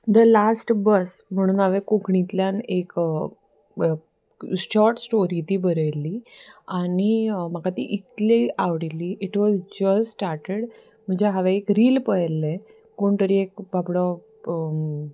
the last bus म्हणून हांवें कोंकणींतल्यान एक शॉर्ट स्टोरी ती बरयल्ली आनी म्हाका ती इतली आवडिल्ली इट वॉज जस्ट स्टार्टेड म्हणजे हांवे एक रील पयल्लें कोण तरी एक बाबडो